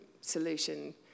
solution